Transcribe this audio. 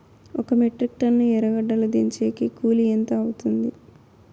ఒక metric ton ఎర్రగడ్డలు దించేకి కూలి ఎంత అవుతుంది?